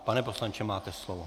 Pane poslanče, máte slovo.